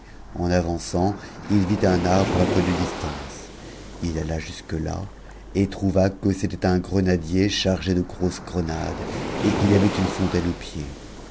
en avançant il vit un arbre à peu de stauce h alla jusque là et trouva que c'était un grenadier chargé de grosses grenades et qu'il y avait une fontaine au pied